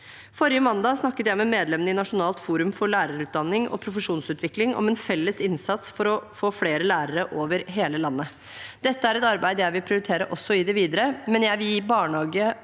Forrige mandag snakket jeg med medlemmene i Nasjonalt forum for lærerutdanning og profesjonsutvikling om en felles innsats for å få flere lærere over hele landet. Dette er et arbeid jeg vil prioritere også i det videre, men jeg vil gi barnehage-